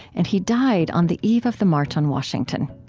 and he died on the eve of the march on washington.